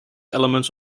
elements